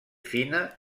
fina